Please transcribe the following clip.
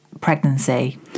pregnancy